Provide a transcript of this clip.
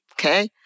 okay